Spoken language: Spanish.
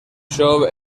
show